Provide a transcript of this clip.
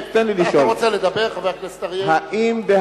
האם,